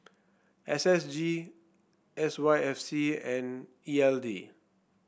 S S G S Y F C and E L D